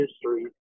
history